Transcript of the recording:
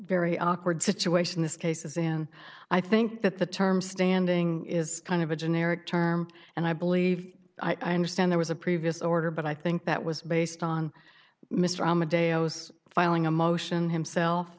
very awkward situation this case is in i think that the term standing is kind of a generic term and i believe i understand there was a previous order but i think that was based on mr armadale was filing a motion himself